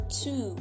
two